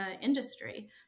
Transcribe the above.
industry